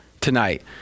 tonight